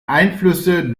einflüsse